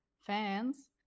fans